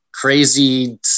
crazy